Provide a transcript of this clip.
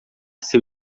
seu